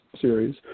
series